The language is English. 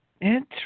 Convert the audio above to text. Interesting